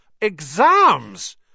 Exams